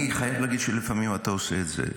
אני חייב להגיד שלפעמים אתה עושה את זה.